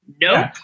nope